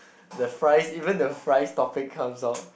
the fries even the fries topic comes out